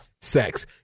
sex